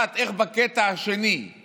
אחד, איך בקטע השני הוא